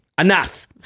enough